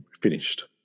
finished